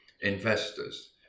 investors